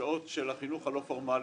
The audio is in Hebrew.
בשעות של החינוך הלא פורמלי,